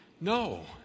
No